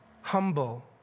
humble